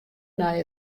nei